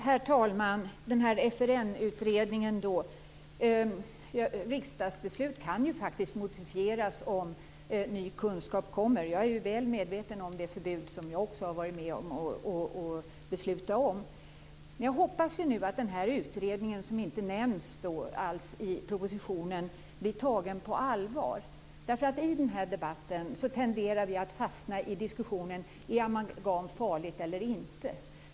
Herr talman! När det gäller FRN-utredningen är det faktiskt så att riksdagsbeslut kan modifieras om ny kunskap kommer. Jag är väl medveten om de förbud som jag också har varit med och beslutat om. Jag hoppas nu att den här utredningen, som inte alls nämns i propositionen, blir tagen på allvar. I den här debatten tenderar vi att fastna i diskussionen om amalgam är farligt eller inte.